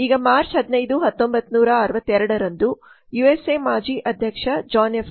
ಈಗ ಮಾರ್ಚ್ 15 1962 ರಂದು ಯುಎಸ್ಎ ಮಾಜಿ ಅಧ್ಯಕ್ಷ ಜಾನ್ ಎಫ್